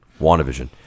WandaVision